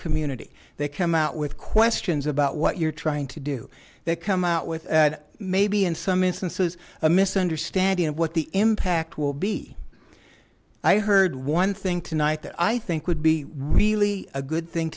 community they come out with questions about what you're trying to do they come out with maybe in some instances a misunderstanding of what the impact will be i heard one thing tonight that i think would be really a good thing